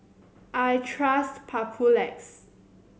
I trust Papulex